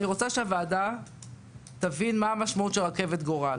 אני רוצה שהוועדה תבין מה המשמעות של רכבת גורל.